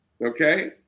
Okay